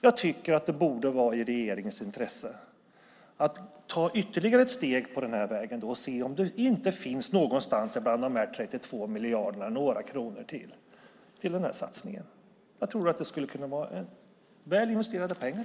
Jag tycker att det borde vara i regeringens intresse att ta ytterligare ett steg på den här vägen och se om det inte finns några kronor till bland de 32 miljarderna till den här satsningen. Jag tror att det skulle vara väl investerade pengar.